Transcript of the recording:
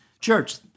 Church